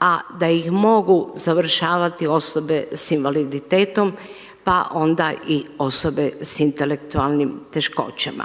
a da ih mogu završavati osobe sa invaliditetom, pa onda i osobe sa intelektualnim teškoćama.